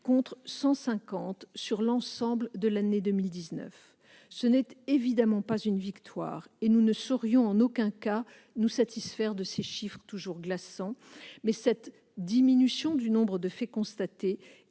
contre 150 sur l'ensemble de l'année 2019. Ce n'est évidemment pas une victoire, et nous ne saurions en aucun cas nous satisfaire de ces chiffres toujours glaçants, mais cette diminution du nombre de faits constatés